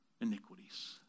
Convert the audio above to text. iniquities